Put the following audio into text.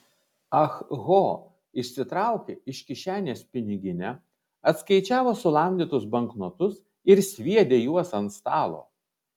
ah ho išsitraukė iš kišenės piniginę atskaičiavo sulamdytus banknotus ir sviedė juos ant stalo